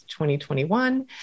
2021